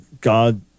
God